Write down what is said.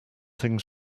things